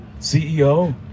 CEO